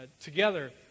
together